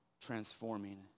transforming